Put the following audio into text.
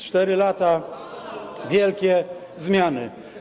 4 lata, wielkie zmiany.